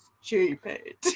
stupid